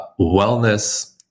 wellness